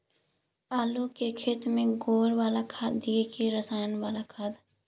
आलू के खेत में गोबर बाला खाद दियै की रसायन बाला खाद?